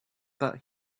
but